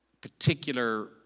particular